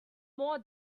more